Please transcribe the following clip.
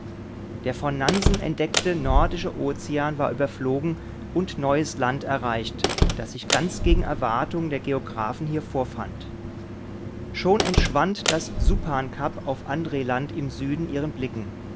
der von nansen entdeckte nordische ozean war überflogen und neues land erreicht das sich ganz gegen erwartung der geographen hier vorfand schon entschwand das supan kap auf andre land im süden ihren blicken